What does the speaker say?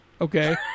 okay